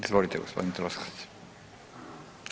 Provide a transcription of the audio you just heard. Izvolite gospodine Troskot.